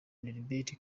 liberty